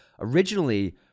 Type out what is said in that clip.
originally